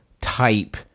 type